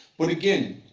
but, again,